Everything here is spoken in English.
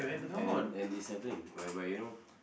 and and it's happening whereby you know